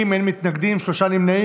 בעד 90, אין מתנגדים, שלושה נמנעים.